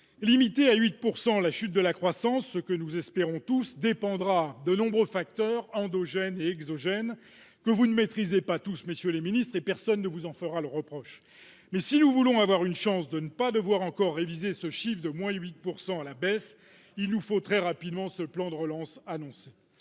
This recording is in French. Limiter à 8 % la chute de la croissance, ce que nous espérons tous, dépendra de nombreux facteurs endogènes et exogènes, que vous ne maîtrisez pas tous, messieurs les ministres, ce dont personne ne vous fera le reproche. Si nous voulons avoir une chance de ne pas devoir encore réviser ce chiffre à la baisse, il nous faut très rapidement mettre en place le plan de relance annoncé.